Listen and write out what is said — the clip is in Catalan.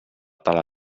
tala